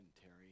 Terry